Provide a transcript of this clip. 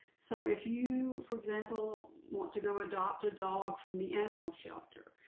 so if you, for example, want to go adopt a dog from the animal shelter,